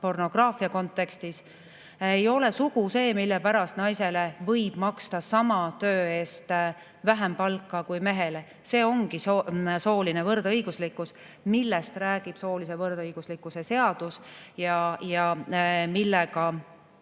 pornograafia kontekstis. Ei ole sugu see, mille pärast naisele võib maksta sama töö eest vähem palka kui mehele. See ongi sooline võrdõiguslikkus, millest räägib soolise võrdõiguslikkuse seadus ja millega